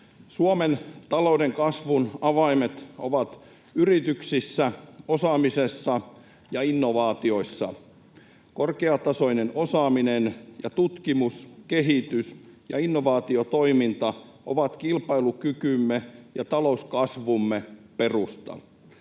Suomen talouden kasvun avaimet ovat yrityksissä, osaamisessa ja innovaatioissa. Korkeatasoinen osaaminen ja tutkimus-, kehitys- ja innovaatiotoiminta ovat kilpailukykymme ja talouskasvumme perusta.